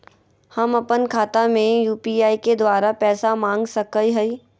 हम अपन खाता में यू.पी.आई के द्वारा पैसा मांग सकई हई?